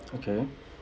okay